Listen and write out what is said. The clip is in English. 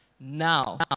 now